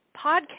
podcast